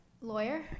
Lawyer